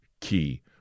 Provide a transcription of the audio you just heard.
Key